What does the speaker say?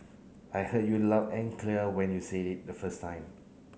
I heard you loud and clear when you said it the first time